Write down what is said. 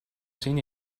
seen